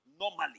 Normally